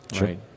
Right